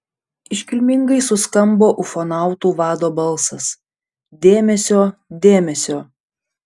iškilmingai suskambo ufonautų vado balsas dėmesio dėmesio